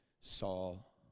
Saul